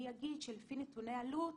אני אגיד שלפי נתוני אלו"ט,